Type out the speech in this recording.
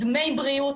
דמי בריאות,